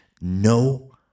no